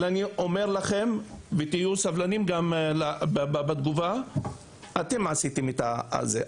אבל אני אומר לכם ותהיו סבלניים גם בתגובה אתם עשיתם את זה,